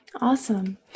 Awesome